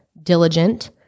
diligent